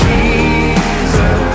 Jesus